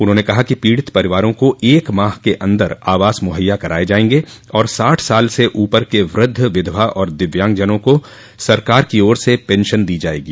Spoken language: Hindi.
उन्होंने कहा कि पीड़ित परिवारों को एक माह के अंदर आवास मुहैया कराये जायेंगे और साठ साल से ऊपर के वृद्ध विधवा और दिव्यागजन को सरकार की ओर से पेंशन दी जायेगी